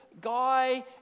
guy